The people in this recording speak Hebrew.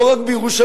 לא רק בירושלים,